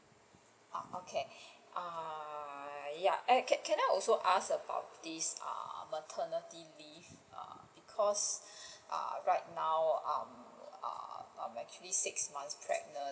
err okay err ya can can I also ask about this err maternity leave err because err right now um err I'm actually six months pregnant